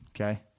Okay